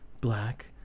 black